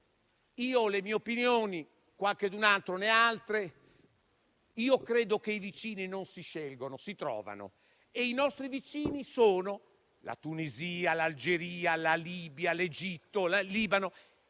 Io ho le mie opinioni, qualcuno ne ha altre. Io credo che i vicini non si scelgono, ma si trovano, e i nostri vicini sono la Tunisia, l'Algeria, la Libia, l'Egitto, il Libano